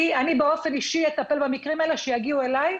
אני באופן אישי אטפל במקרים האלה שיגיעו אלי,